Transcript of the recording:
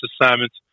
assignments